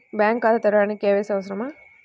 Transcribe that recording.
Bank ఖాతా తెరవడానికి KYC అవసరమా?